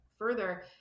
Further